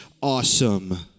awesome